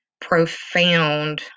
profound